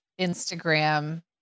Instagram